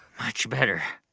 much better